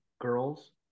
girls